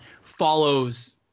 follows